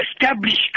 establish